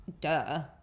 duh